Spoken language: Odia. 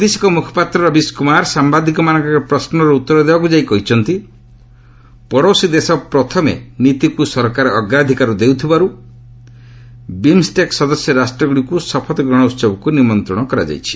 ବୈଦେଶିକ ମୁଖପାତ୍ର ରବିଶ୍ କୁମାର ସାମ୍ବାଦିକମାନଙ୍କର ଏକ ପ୍ରଶ୍ୱର ଉତ୍ତର ଦେବାକୁ ଯାଇ କହିଛନ୍ତି ପଡ଼ୋଶୀ ଦେଶ ପ୍ରଥମେ ନୀତିକୁ ସରକାର ଅଗ୍ରାଧିକାର ଦେଉଥିବାରୁ ବିମ୍ଷ୍ଟେକ୍ ସଦସ୍ୟ ରାଷ୍ଟ୍ରଗୁଡ଼ିକୁ ଶପଥ ଗ୍ରହଣ ଉତ୍ସବକୁ ନିମନ୍ତ୍ରଣ କରାଯାଇଛି